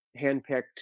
handpicked